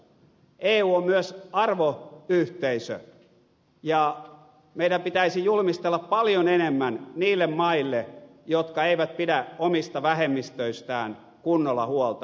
eu on myös arvoyhteisö ja meidän pitäisi julmistella paljon enemmän niille maille jotka eivät pidä omista vähemmistöistään kunnolla huolta